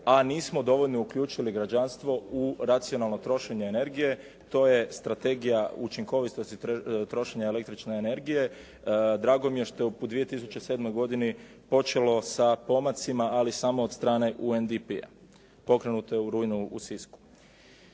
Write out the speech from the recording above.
a nismo dovoljno uključili građanstvo u racionalno trošenje energije. To je strategija učinkovitosti trošenja električne energije. Drago mi je što je u 2007. godini počelo sa pomacima, ali samo od strane UNDPA pokrenute u rujnu u Sisku.